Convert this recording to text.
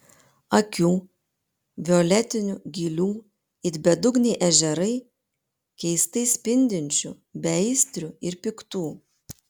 akių violetinių gilių it bedugniai ežerai keistai spindinčių beaistrių ir piktų